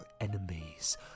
enemies